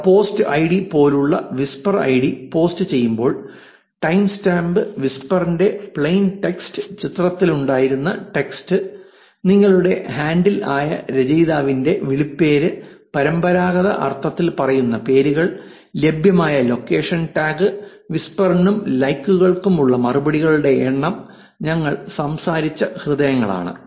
അവർ post ID പോലെയുള്ള whisper ID post ചെയ്യുമ്പോൾ time stamp വിസ്പറിന്റെ പ്ലെയിൻ ടെക്സ്റ്റ് ചിത്രത്തിലുണ്ടായിരുന്ന ടെക്സ്റ്റ് നിങ്ങളുടെ ഹാൻഡിൽ ആയ രചയിതാവിന്റെ വിളിപ്പേര് പരമ്പരാഗത അർത്ഥത്തിൽ പറയുന്ന പേരുകൾ ലഭ്യമായ ലൊക്കേഷൻ ടാഗ് വിസ്പറിനും ലൈക്കുകൾക്കുമുള്ള മറുപടികളുടെ എണ്ണം ഞങ്ങൾ സംസാരിച്ച ഹൃദയങ്ങളാണ്